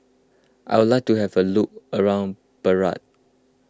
I would like to have a look around Beirut